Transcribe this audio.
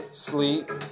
sleep